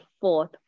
fourth